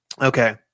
Okay